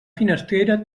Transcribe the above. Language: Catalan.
finestrera